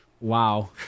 Wow